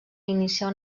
iniciar